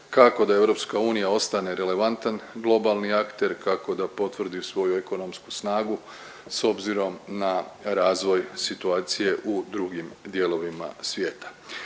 kako da EU ostane relevantan globalni akter, kako da potvrdi svoju ekonomsku snagu s obzirom na razvoj situacije u drugim dijelovima svijeta.